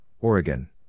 Oregon